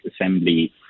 assembly